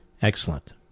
Excellent